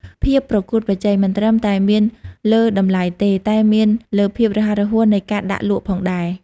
ភាពប្រកួតប្រជែង មិនត្រឹមតែមានលើតម្លៃទេ តែមានលើភាពរហ័សរហួននៃការដាក់លក់ផងដែរ។